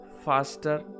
faster